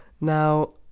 Now